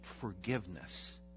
forgiveness